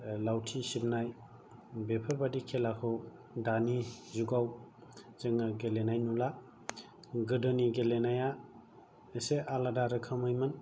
लावथि सिबनाय बेफोरबादि खेलाखौ दानि जुगाव जोङो गेलेनाय नुला गोदोनि गेलेनाया एसे आलादा रोखोमैमोन